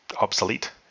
obsolete